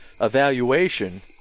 evaluation